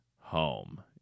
home